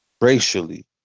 racially